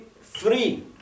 free